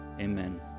amen